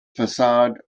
facade